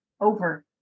over